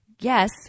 Yes